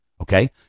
okay